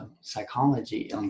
psychology